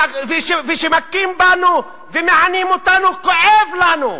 וכשמכים בנו ומענים אותנו, כואב לנו.